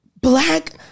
black